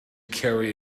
carry